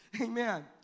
Amen